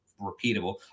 repeatable